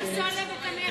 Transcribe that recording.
איך זה עולה בקנה אחד?